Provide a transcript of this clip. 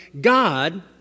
God